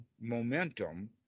momentum